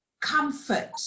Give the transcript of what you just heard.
comfort